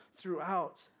throughout